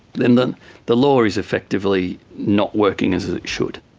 then then the law is effectively not working as it should.